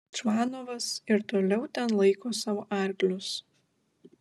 čvanovas ir toliau ten laiko savo arklius